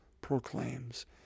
proclaims